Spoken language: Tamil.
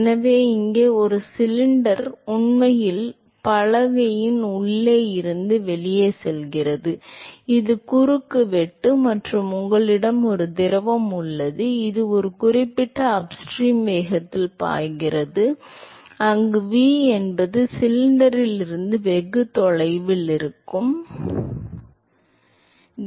எனவே இங்கே ஒரு சிலிண்டர் உண்மையில் பலகையின் உள்ளே இருந்து வெளியே செல்கிறது இது குறுக்குவெட்டு மற்றும் உங்களிடம் ஒரு திரவம் உள்ளது இது ஒரு குறிப்பிட்ட அப்ஸ்ட்ரீம் வேகத்தில் பாய்கிறது அங்கு V என்பது சிலிண்டரிலிருந்து வெகு தொலைவில் இருக்கும் வேகம்